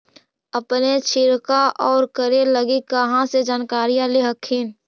अपने छीरकाऔ करे लगी कहा से जानकारीया ले हखिन?